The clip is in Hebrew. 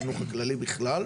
בחינוך הכללי בכלל,